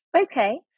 okay